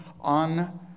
on